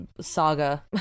saga